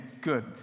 good